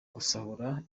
gusahura